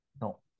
No